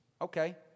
Okay